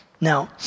Now